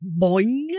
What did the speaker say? boing